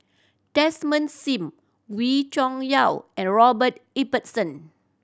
Desmond Sim Wee Cho Yaw and Robert Ibbetson